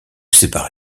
séparé